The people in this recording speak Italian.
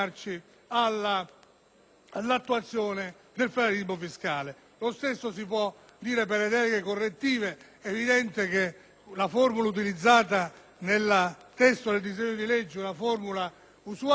all'attuazione del federalismo fiscale. Lo stesso si può dire per le deleghe correttive: è evidente che la formula utilizzata nel testo del disegno di legge è usuale e tralatizia,